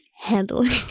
handling –